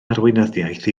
arweinyddiaeth